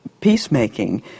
peacemaking